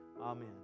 Amen